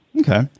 Okay